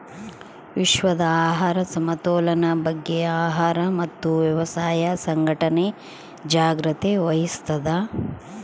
ವಿಶ್ವದ ಆಹಾರ ಸಮತೋಲನ ಬಗ್ಗೆ ಆಹಾರ ಮತ್ತು ವ್ಯವಸಾಯ ಸಂಘಟನೆ ಜಾಗ್ರತೆ ವಹಿಸ್ತಾದ